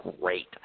great